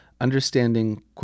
understanding